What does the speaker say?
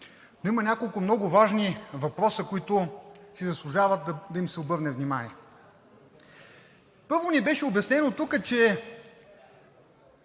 но има няколко много важни въпроса, на които заслужава да им се обърне внимание. Първо, тук ни беше обяснено, че